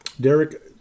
Derek